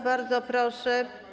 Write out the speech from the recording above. Bardzo proszę.